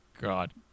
god